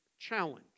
Challenge